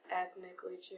ethnically